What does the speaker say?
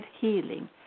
healing